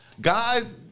Guys